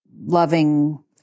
loving